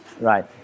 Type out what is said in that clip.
right